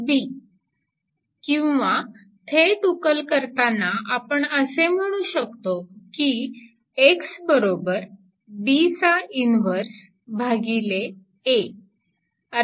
11 किंवा थेट उकल करताना आपण असे म्हणू शकतो की X बरोबर B चा इनव्हर्स भागिले A